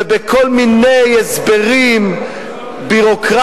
ובכל מיני הסברים ביורוקרטיים,